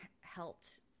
helped